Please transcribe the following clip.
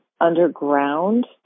underground